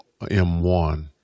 M1